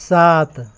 सात